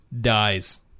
dies